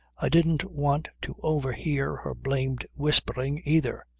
i didn't want to overhear her blamed whispering either.